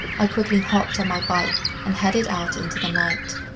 i quickly hopped on by bike and headed out into the night.